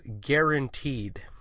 guaranteed